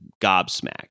gobsmacked